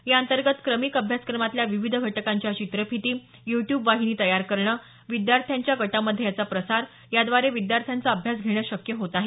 या अंतर्गत क्रमिक अभ्यासक्रमातल्या विविध घटकांच्या चित्रफिती युट्यूब वाहिनी तयार करणं विद्यार्थ्यांच्या गटामधे याचा प्रसार याद्वारे विद्यार्थ्यांचा अभ्यास घेणं शक्य होत आहे